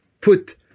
Put